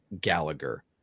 Gallagher